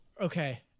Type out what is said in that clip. Okay